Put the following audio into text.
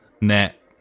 net